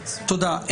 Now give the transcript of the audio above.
תודה.